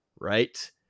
right